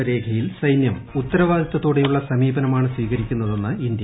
China രേഖയിൽ സൈന്യം ഉത്തരവാദിത്ത്തോടെയുള്ള സമീപനമാണ് സ്വീകരിക്കുന്നതെന്ന് ഇന്ത്യ